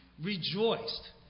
rejoiced